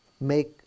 make